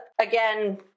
Again